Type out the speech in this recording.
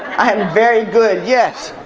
i'm very good. yes?